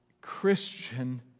Christian